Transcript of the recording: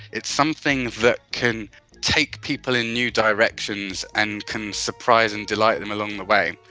it's something that can take people in new directions and can surprise and delight them along the way.